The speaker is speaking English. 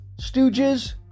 Stooges